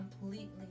completely